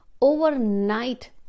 overnight